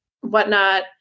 whatnot